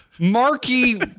Marky